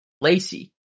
Lacey